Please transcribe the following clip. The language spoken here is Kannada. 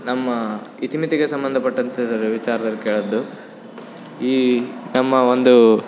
ನಮ್ಮ ಇತಿಮಿತಿಗೆ ಸಂಬಂಧಪಟ್ಟಂಥ ವಿಚಾರ ಕೇಳದು ಈ ನಮ್ಮ ಒಂದು